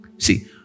See